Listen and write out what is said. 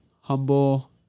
humble